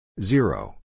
zero